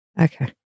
Okay